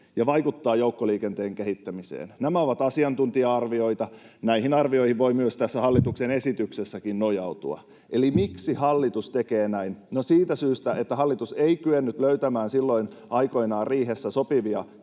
ja vaikuttaa joukkoliikenteen kehittämiseen. Nämä ovat asiantuntija-arvioita. Näihin arvioihin voi myös tässä hallituksen esityksessä nojautua. Eli miksi hallitus tekee näin? No, siitä syystä, että hallitus ei kyennyt löytämään silloin aikoinaan riihessä sopivia